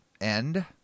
end